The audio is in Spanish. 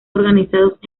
organizados